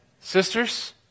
sisters